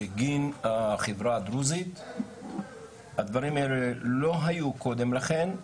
בגין החברה הדרוזית, הדברים האלה לא היו קודם לכן,